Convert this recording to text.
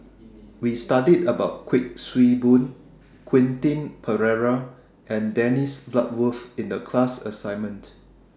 We studied about Kuik Swee Boon Quentin Pereira and Dennis Bloodworth in The class assignment